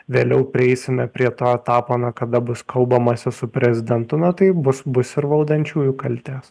vėliau prieisime prie to etapo na kada bus kalbamasi su prezidentu na tai bus bus ir valdančiųjų kaltės